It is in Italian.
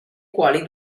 quali